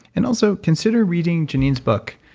and also, consider reading geneen's book.